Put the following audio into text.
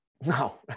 No